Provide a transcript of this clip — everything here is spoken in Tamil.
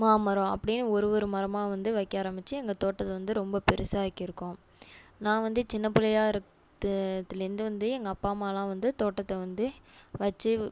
மாமரம் அப்படின்னு ஒரு ஒரு மரமாக வந்து வைக்க ஆரம்பிச்சு எங்கள் தோட்டத்தில் வந்து ரொம்ப பெருசாக ஆக்கியிருக்கோம் நான் வந்து சின்ன பிள்ளையாக இருத்தத்திலேருந்து வந்து எங்கள் அப்பா அம்மாவெலாம் வந்து தோட்டத்தை வந்து வச்சு